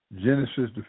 Genesis